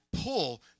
pull